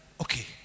Okay